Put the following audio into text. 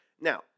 now